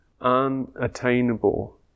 unattainable